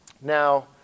Now